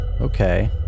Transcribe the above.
Okay